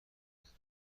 بودند